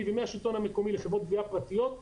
ומהשלטון המקומי לחברות גבייה פרטיות.